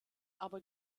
aber